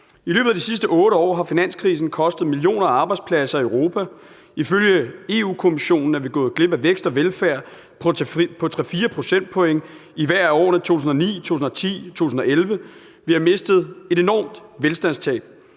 I løbet af de sidste 8 år har finanskrisen kostet millioner af arbejdspladser i Europa. Ifølge Europa-Kommissionen er vi gået glip af en vækst på 3-4 procentpoint i hvert af årene 2009, 2010 og 2011, og vi har lidt et enormt velstandstab.